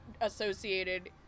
associated